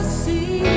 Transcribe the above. see